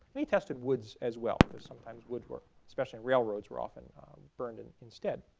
and he tested woods as well because sometimes woods worked especially on railroads where often burned and instead.